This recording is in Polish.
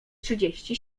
trzydzieści